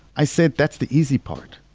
i said, that's the easy part.